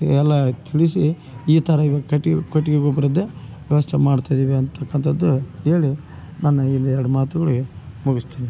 ಎಲ್ಲ ತಿಳಿಸಿ ಈ ಥರ ಇವಾಗ ಕಟ್ ಕೊಟ್ಟಿಗಿ ಗೊಬ್ಬರದ್ದೆ ವ್ಯವಸ್ಥೆ ಮಾಡ್ತದಿವಿ ಅಂತಕ್ಕಂಥದ್ದು ಹೇಳಿ ನನ್ನ ಈ ಎರಡು ಮಾತುಗಳಿಗೆ ಮುಗಿಸ್ತೀನಿ